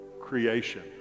creation